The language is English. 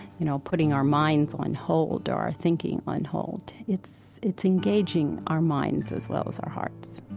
you know, putting our minds on hold or our thinking on hold. it's it's engaging our minds as well as our hearts